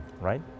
right